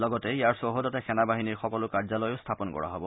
লগতে ইয়াৰ চৌহদতে সেনা বাহিনীৰ সকলো কাৰ্যলয়ো স্থাপন কৰা হ'ব